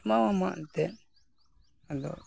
ᱮᱢᱟᱣᱟᱢᱟ ᱮᱱᱛᱮᱫ ᱟᱫᱚ